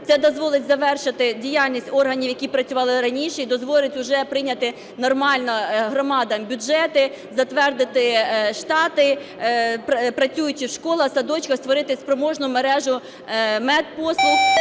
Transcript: Це дозволить завершити діяльність органів, які працювали раніше, і дозволить уже прийняти нормально громадам бюджети, затвердити штати, працюючим в школах, садочках створити спроможну мережу медпослуг.